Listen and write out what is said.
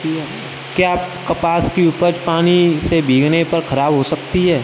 क्या कपास की उपज पानी से भीगने पर खराब हो सकती है?